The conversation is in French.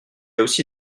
aussi